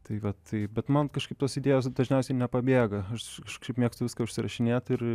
tai va taip bet man kažkaip tos idėjos dažniausiai nepabėga aš kažkaip mėgstu viską užsirašinėti